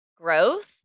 growth